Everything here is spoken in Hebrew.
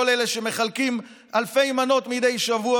לא את כל אלה שמחלקים אלפי מנות מדי שבוע,